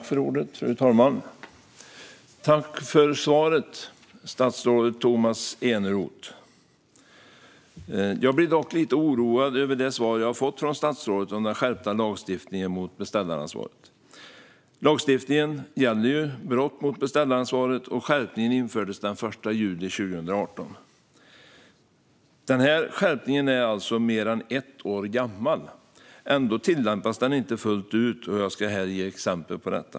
Fru talman! Tack för svaret, statsrådet Tomas Eneroth! Jag blir dock lite oroad över det svar jag har fått från statsrådet om den skärpta lagstiftningen om beställaransvaret. Lagstiftningen gäller brott mot beställaransvaret, och skärpningen infördes den 1 juli 2018. Skärpningen är alltså mer än ett år gammal. Ändå tillämpas den inte fullt ut, och jag ska här ge exempel på detta.